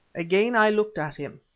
again i looked at him.